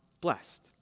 blessed